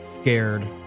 scared